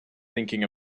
thinking